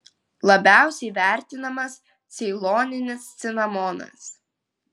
labiausiai vertinamas ceiloninis cinamonas